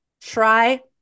Try